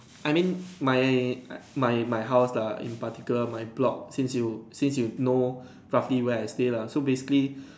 I mean my eh my my house lah in particular my block since you since you know roughly where I stay lah so basically